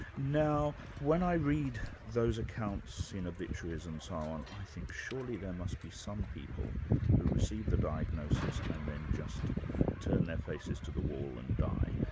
now when i read those accounts in obituaries and so on, i think surely there must be some people who received the diagnosis and then just turned their faces to the wall and died.